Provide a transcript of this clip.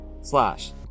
slash